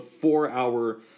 four-hour